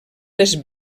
les